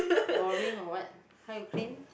boring or what how you claim